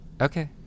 Okay